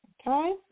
Okay